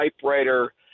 typewriter